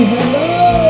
Hello